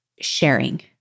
sharing